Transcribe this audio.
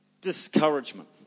Discouragement